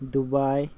Dubai